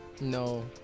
no